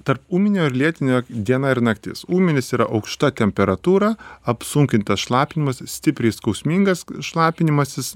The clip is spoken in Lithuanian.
tarp ūminio ir lėtinio diena ir naktis ūminis yra aukšta temperatūra apsunkintas šlapinimas stipriai skausmingas šlapinimasis